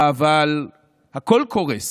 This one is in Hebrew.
אבל הכול קורס.